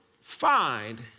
find